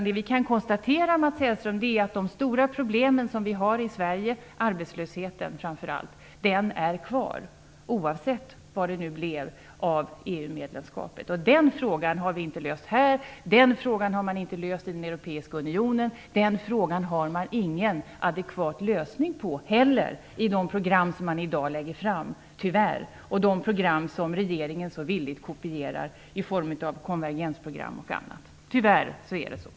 Det vi kan konstatera, Mats Hellström, är att de stora problem som vi har i Sverige - framför allt arbetslösheten - är kvar, oavsett EU-medlemskapet. Den frågan har vi inte löst här och inte heller inom den europeiska unionen. Den frågan har man tyvärr ingen adekvat lösning på i de program som i dag läggs fram och de program som regeringen så villigt kopierar i from av konvergensprogram och annat. Tyvärr är det så.